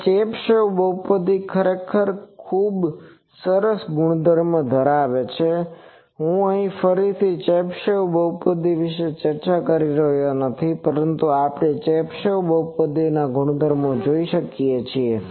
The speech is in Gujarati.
હવે ચેબિશેવ બહુપદીઓ ખરેખર ખૂબ સરસ ગુણધર્મ ધરાવે છે હું ફરીથી ચેબીશેવ બહુપદી વિશે ચર્ચા કરી રહ્યો નથી પરંતુ આપણે ચેબીશેવ બહુપદીના ગુણધર્મો જોઈ શકીએ છીએ